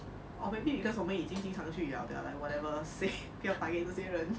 or maybe because 我们已经经常去了 they are like whatever say 不要 target 这些人